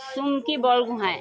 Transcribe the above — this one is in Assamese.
চুম্কি বৰগোহাঁই